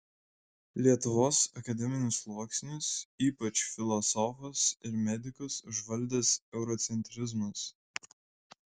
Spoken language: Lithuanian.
lietuvos akademinius sluoksnius ypač filosofus ir medikus užvaldęs eurocentrizmas